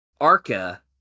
ARCA